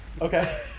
Okay